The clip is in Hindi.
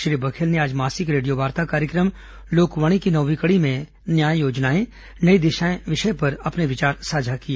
श्री बघेल ने आज मासिक रेडियोवार्ता कार्यक्रम लोकवाणी की नौवीं कड़ी में न्याय योजनाएं नई दिशाएं विषय पर अपने विचार साझा किए